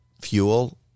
fuel